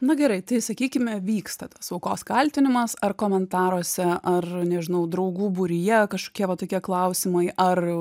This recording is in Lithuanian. nu gerai tai sakykime vyksta tos aukos kaltinimas ar komentaruose ar nežinau draugų būryje kažkokie va tokie klausimai ar